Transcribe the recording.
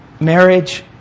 Marriage